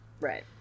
Right